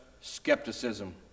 skepticism